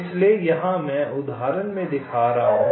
इसलिए यहाँ मैं उदाहरण में दिखा रहा हूँ